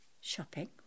shopping